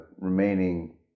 remaining